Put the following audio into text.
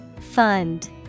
Fund